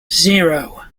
zero